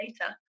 later